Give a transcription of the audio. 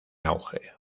auge